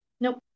Nope